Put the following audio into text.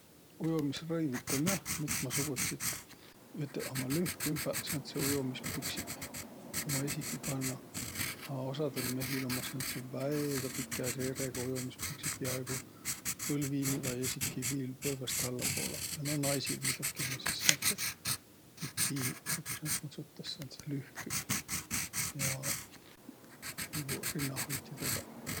Ujomisrõivit um jah mitmõsugutsit. Üteq ummaq lühkümbäq sääntseq ujomispüksiq nigu ma esiki kanna, a osadõl mehil ummaq sääntseq väega pikä seeregaq ujomispüksiq, piaaigu põlvini vai esiki viil põlvõst allapoolõ. Ja no naisil muidoki ummaq sis sääntseq bikiiniq vai kuis naid kutsutas, sääntseq lühküq ja niguq rinnahoitjidõgaq.